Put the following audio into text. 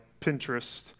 Pinterest